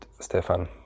Stefan